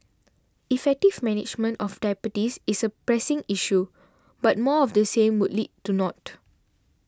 effective management of diabetes is a pressing issue but more of the same would lead to naught